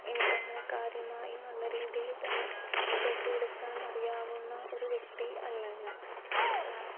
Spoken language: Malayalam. എനിക്കങ്ങനെ കാര്യമായി നല്ല രീതിയിൽത്തന്നെ ഫോട്ടോ എടുക്കാൻ അറിയാവുന്ന ഒരു വ്യക്തി അല്ല ഞാൻ